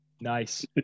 Nice